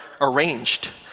arranged